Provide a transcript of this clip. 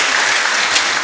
Hvala.